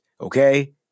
okay